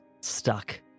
stuck